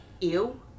Ew